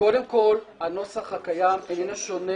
קודם כול, הנוסח הקיים איננו שונה